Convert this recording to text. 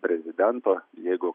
prezidento jeigu